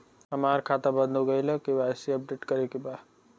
हमार खाता बंद हो गईल ह के.वाइ.सी अपडेट करे के बा?